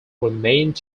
remained